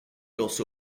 also